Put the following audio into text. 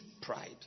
pride